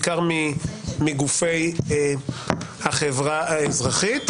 בעיקר מגופי החברה האזרחית,